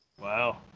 Wow